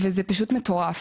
וזה פשוט מטורף.